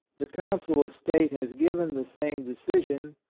the council of state has given the same decision,